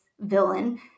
villain